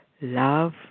love